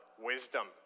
wisdom